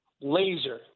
laser